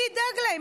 מי ידאג להם?